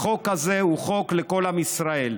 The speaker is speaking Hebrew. החוק הזה הוא חוק לכל עם ישראל.